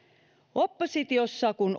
oppositiossa kun